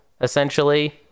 essentially